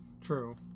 True